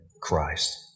Christ